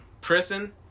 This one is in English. prison